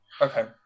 Okay